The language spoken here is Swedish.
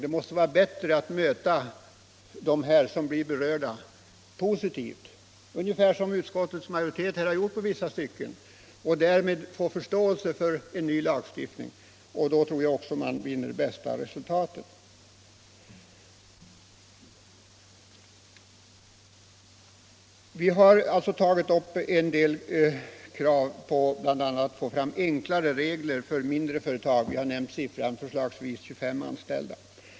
Det måste vara bättre att möta de berörda positivt, ungefär som utskottets majoritet gjort i vissa stycken, och därmed få förståelse för en ny lagstiftning. Då tror jag man vinner bästa resultatet. Vi har alltså ställt krav på att bl.a. få fram enklare regler för mindre företag, dvs. sådana som har förslagsvis 25 anställda.